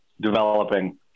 developing